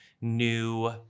new